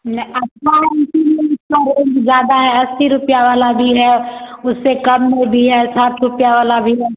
नहीं अच्छा है इसी लिए उसकी रेंज ज़्यादा है अस्सी रुपये वाला भी है उससे कम में भी है साठ रुपये वाला भी है